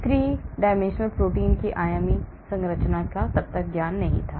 3 protein की आयामी संरचना ज्ञात नहीं थी